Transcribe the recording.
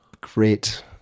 great